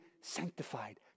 sanctified